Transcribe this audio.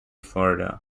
florida